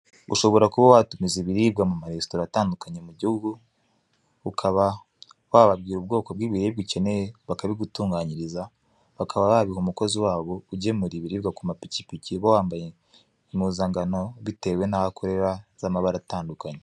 Ushobora kuba watumiza ibiribwa mu maresitora atandukanye mu gihugu, ukaba wababwira ubwoko bw'ibiribwa ukeneye, bakabigutunganyiriza, bakaba babiha umukozi wabo ugemura ibiribwa ku mapikipiki uba wambaye impuzangano bitewe n'aho akorera z'amabara atandukanye.